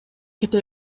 кете